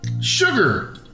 sugar